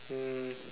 um